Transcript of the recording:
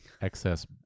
excess